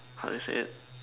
how do you say it